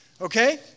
okay